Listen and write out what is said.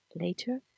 Later